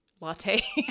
latte